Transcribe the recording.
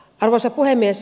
arvoisa puhemies